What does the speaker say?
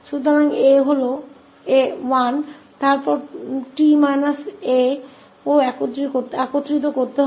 तो हमारे मामले में 𝑎 1 है और फिर 𝐻𝑡 − 𝑎 भी एक साथ आएगा